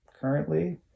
currently